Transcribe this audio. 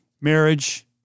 marriage